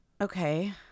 Okay